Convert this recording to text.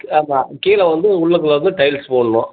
ஆமாம் கீழே வந்து உள்ளுக்குள்ளே வந்து டைல்ஸ் போடணும்